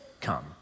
come